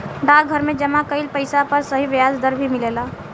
डाकघर में जमा कइल पइसा पर सही ब्याज दर भी मिलेला